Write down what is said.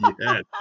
Yes